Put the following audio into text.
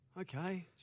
Okay